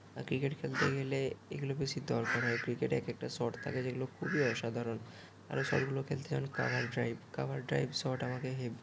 আর cricket খেলতে গেলে এগুলো বেশি দরকার হয় ক্রিকেটে এক একটা শট থাকে যেগুলো খুবই অসাধারণ আর ও শটগুলো খেলতে যেমন cover drive cover drive shot আমাকে হেব